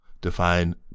define